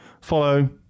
Follow